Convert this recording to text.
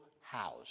house